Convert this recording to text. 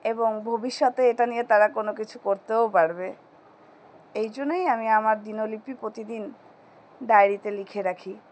এবং ভবিষ্যতে এটা নিয়ে তারা কোনো কিছু করতেও পারবে এই জন্যই আমি আমার দিনলিপি প্রতিদিন ডায়েরিতে লিখে রাখি